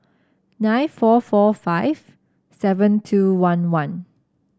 nine four four five seven two one one